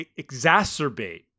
exacerbate